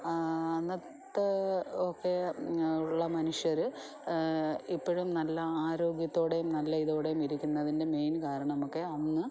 അന്നത്തെ ഒക്കെ ഉള്ള മനുഷ്യർ ഇപ്പോഴും നല്ല ആരോഗ്യത്തോടെയും നല്ല ഇതോടെയും ഇരിക്കുന്നതിൻ്റെ മെയിൻ കാരണമൊക്കെ അന്ന്